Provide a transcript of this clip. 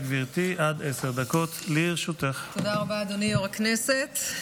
אדוני יושב-ראש הכנסת.